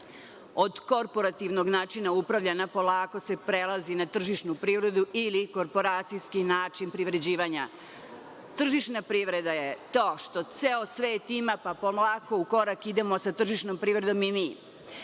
Od korporativnog načina upravljanja polako se prelazi na tržišnu privredu ili korporacijski način privređivanja. Tržišna privreda je to što ceo svet ima, pa polako u korak idemo sa tržišnom privredom i